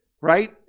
right